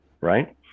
Right